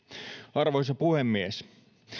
arvoisa puhemies